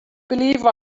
believe